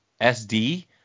SD